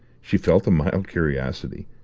she felt a mild curiosity,